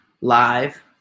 live